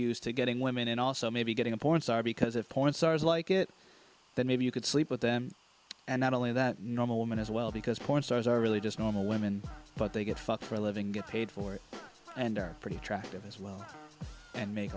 use to getting women and also maybe getting a porn star because if porn stars like it then maybe you could sleep with them and not only that normal woman as well because porn stars are really just normal women but they get fucked for a living get paid for it and are pretty attractive as well and make